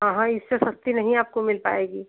हाँ हाँ इससे सस्ती नहीं आपको मिल पाएगी